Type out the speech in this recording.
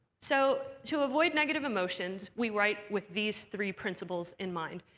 so to avoid negative emotions, we write with these three principles in mind.